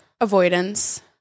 avoidance